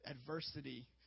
adversity